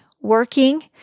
working